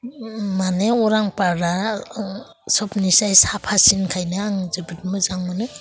माने अरां पार्कआ सोबनिसाय साफासिनखायनो आं जोबोद मोजां मोनो